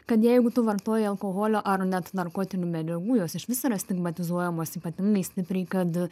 kad jeigu tu vartoji alkoholio ar net narkotinių medžiagų jos išvis yra stigmatizuojamos ypatingai stipriai kad